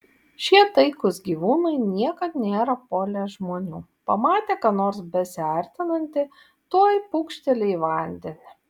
šie taikūs gyvūnai niekad nėra puolę žmonių pamatę ką nors besiartinantį tuoj pūkšteli į vandenį